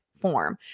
form